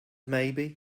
maybe